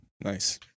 Nice